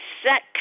set